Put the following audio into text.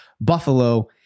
Buffalo